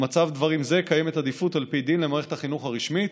במצב דברים זה קיימת עדיפות על פי דין למערכת החינוך הרשמית,